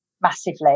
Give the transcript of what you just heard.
massively